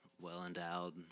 well-endowed